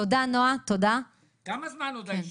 עוד כמה זמן הישיבה?